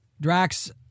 Drax